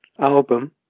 album